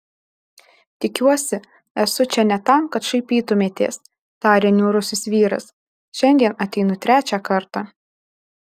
tikiuosi esu čia ne tam kad šaipytumėtės tarė niūrusis vyras šiandien ateinu trečią kartą